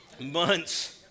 months